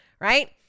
right